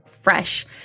fresh